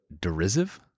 derisive